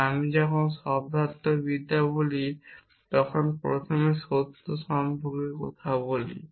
কারণ আমরা যখন শব্দার্থবিদ্যা বলি তখন প্রথমে সত্য সম্পর্কে কথা বলি